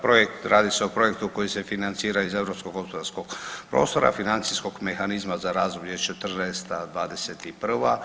Projekt, radi se o projektu koji se financira iz Europskog gospodarskog prostora, financijskog mehanizma za razvoj '14.-'21.